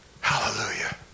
Hallelujah